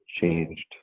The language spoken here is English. changed